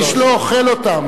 איש לא אוכל אותם.